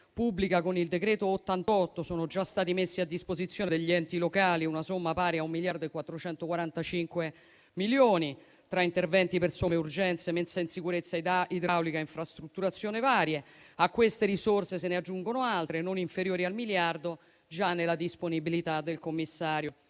pubblica con il decreto n. 88, è già stata messa a disposizione degli enti locali una somma pari a 1,445 miliardi, tra interventi per somme urgenze, messa in sicurezza idraulica e infrastrutturazione varie. A queste risorse se ne aggiungono altre, non inferiori al miliardo, già nella disponibilità del Commissario.